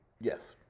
Yes